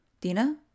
Dina